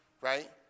right